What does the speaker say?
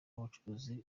ubucuruzi